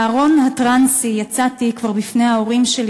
מהארון הטרנסי יצאתי כבר בפני ההורים שלי